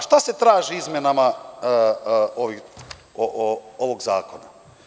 Šta se traži izmenama ovog zakona?